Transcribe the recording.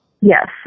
Yes